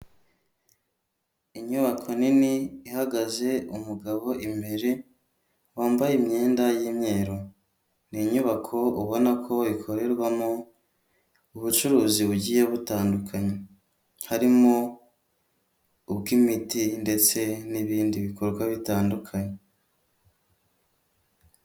Inyubako nini ihagaze umugabo imbere wambaye imyenda y'imyeru, ni inyubako ubona ko ikorerwamo ubucuruzi bugiye butandukanye harimo ubw'imiti ndetse n'ibindi bikorwa bitandukanye.